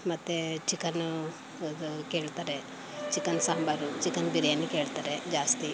ಮತ್ತು ಚಿಕನ್ನು ಇದು ಕೇಳ್ತಾರೆ ಚಿಕನ್ ಸಾಂಬಾರು ಚಿಕನ್ ಬಿರಿಯಾನಿ ಕೇಳ್ತಾರೆ ಜಾಸ್ತಿ